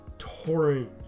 Torrent